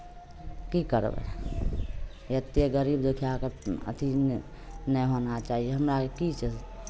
की करबै एतेक गरीब दुखियाके अथी नहि नहि होना चाही हमरा अरके की छै